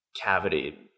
cavity